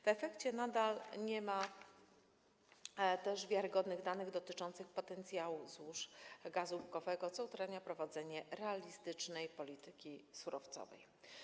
W efekcie nadal nie ma też wiarygodnych danych dotyczących potencjału złóż gazu łupkowego, co utrudnia prowadzenie realistycznej polityki surowcowej.